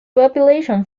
population